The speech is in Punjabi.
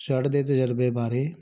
ਸ਼ਰਟ ਦੇ ਤਜਰਬੇ ਬਾਰੇ